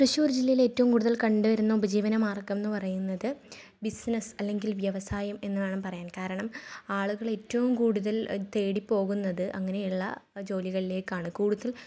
തൃശ്ശൂർ ജില്ലയിൽ ഏറ്റവും കൂടുതൽ കണ്ട് വരുന്ന ഉപജീവന മാർഗ്ഗമെന്നു പറയുന്നത് ബിസ്സിനെസ്സ് അല്ലെങ്കിൽ വ്യവസായം എന്ന് വേണം പറയാൻ കാരണം ആളുകൾ ഏറ്റവും കൂടുതൽ തേടിപ്പോകുന്നത് അങ്ങനെയുള്ള ജോലികളിലേക്കാണ് കൂടുതൽ